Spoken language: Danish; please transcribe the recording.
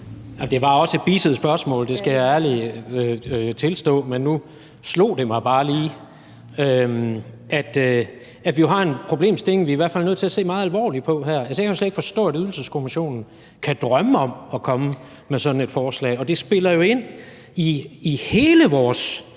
Det var også et bisset spørgsmål, det skal jeg ærligt tilstå. Men nu slog det mig bare lige, at vi jo har en problemstilling, vi i hvert fald er nødt til at se meget alvorligt på her. Altså, jeg kan jo slet ikke forstå, at Ydelseskommissionen kan drømme om at komme med sådan et forslag, og det spiller jo ind i hele vores